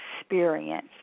experience